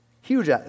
Huge